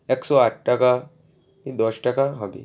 একশো আট টাকা কী দশ টাকা হবে